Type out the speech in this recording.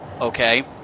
Okay